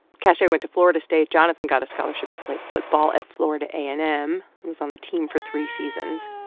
cache went to florida state. jonathan got a scholarship to play football at florida a and m. he was on the team for three seasons.